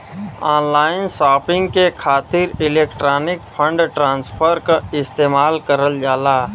online shopping के खातिर electronic fund transfer क इस्तेमाल करल जाला